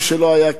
מי שלא היה,